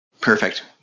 Perfect